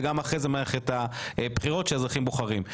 וגם אחרי זה מערכת הבחירות שאזרחים בוחרים,